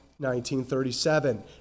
19.37